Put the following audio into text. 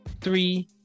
three